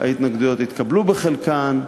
ההתנגדויות התקבלו בחלקן,